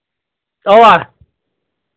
اَوا